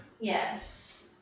Yes